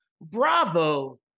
bravo